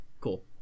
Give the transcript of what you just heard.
cool